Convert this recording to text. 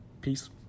Peace